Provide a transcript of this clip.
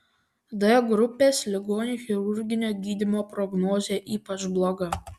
d grupės ligonių chirurginio gydymo prognozė ypač bloga